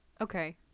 Okay